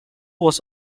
was